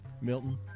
Milton